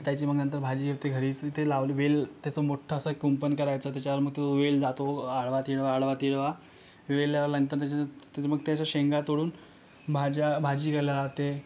त्याची मग नंतर भाजी होते घरीच ते लावले वेल त्याचं मोठं असं एक कुंपण करायचं त्याच्यावर मग तो वेल जातो आडवा तिडवा आडवा तिडवा वेल आल्यानंतर त्याच्या त्याच्या मग त्या अशा शेंगा तोडून भाज्या भाजी केल्या जाते